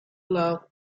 loved